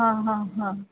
हां हां हां